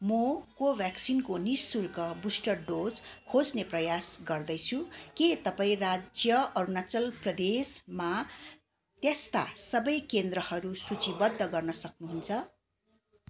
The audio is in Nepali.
म कोभ्याक्सिनको नि शुल्क बुस्टर डोज खोज्ने प्रयास गर्दैछु के तपाईँ राज्य अरुणाचल प्रदेशमा त्यस्ता सबै केन्द्रहरू सूचीबद्ध गर्न सक्नुहुन्छ